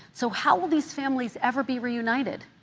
so how will these families ever be reunited?